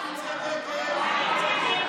ההצעה להעביר את הצעת חוק התפזרות הכנסת העשרים-ושלוש,